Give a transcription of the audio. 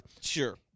Sure